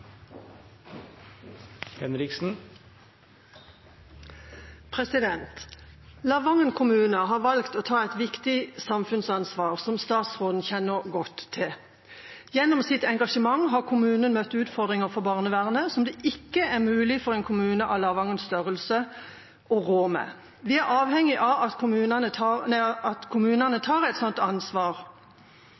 Gjennom sitt engasjement har kommunen møtt utfordringer for barnevernet som det ikke er mulig for en kommune av Lavangens størrelse å rå med. Vi er avhengige av at kommunene tar et slikt ansvar, samtidig som vi også nasjonalt må bidra, når det oppstår dramatiske og uventede situasjoner. Situasjonen er nå alvorlig, og det er avgjørende at